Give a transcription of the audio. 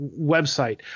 website